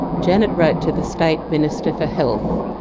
janet wrote to the state minister for health,